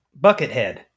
Buckethead